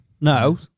No